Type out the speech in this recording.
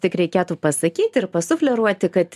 tik reikėtų pasakyti ir pasufleruoti kad